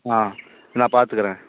ஆ நான் பார்த்துக்குறேன்